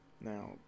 Now